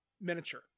miniature